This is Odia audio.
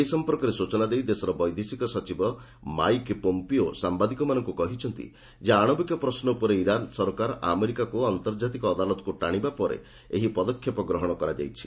ଏ ସଫପର୍କରେ ସ୍ରଚନା ଦେଇ ଦେଶର ବୈଦେଶିକ ସଚିବ ମାଇକ୍ ପୋମ୍ପିଓ ସାମ୍ବାଦିକଙ୍କୁ କହିଛନ୍ତି ଯେ ଆଣବିକ ପ୍ରଶ୍ନ ଉପରେ ଇରାନ ସରକାର ଆମେରିକାକୁ ଆନ୍ତର୍ଜାତିକ ଅଦାଲତକୁ ଟାଣିବା ପରେ ଏହି ପଦକ୍ଷେପ ଗ୍ରହଣ କରାଯାଇଛି